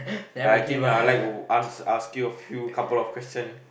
I I think I will like as~ ask you a couple of questions